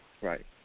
right